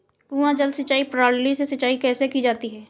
कुआँ जल सिंचाई प्रणाली से सिंचाई कैसे की जाती है?